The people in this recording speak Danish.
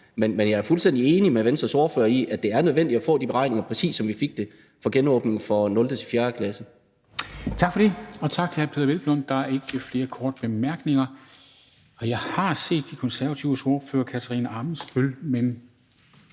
Men jeg er fuldstændig enig med Venstres ordfører i, at det er nødvendigt at få de beretninger, præcis som vi fik det for genåbningen for 0.-4. klasse.